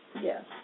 Yes